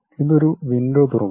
ഇത് ഒരു വിൻഡോ തുറക്കുന്നു